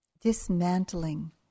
Dismantling